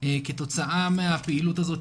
כתוצאה מהפעילות הזאת,